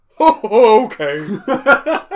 okay